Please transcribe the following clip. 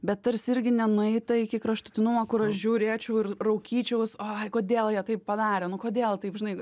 bet tarsi irgi ne nueita iki kraštutinumo kur aš žiūrėčiau ir raukyčiaus ai kodėl jie taip padarė nu kodėl taip žinai